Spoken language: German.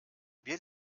wir